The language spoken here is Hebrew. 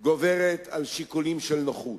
גוברת על שיקולים של נוחות.